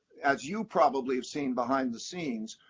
as you probably have seen behind the scenes,